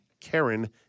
Karen